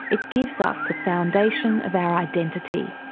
it gives us a foundation of our identity.